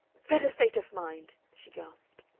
better state of mind, she gasped.